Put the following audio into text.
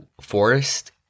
forest